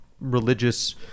religious